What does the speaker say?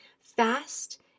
fast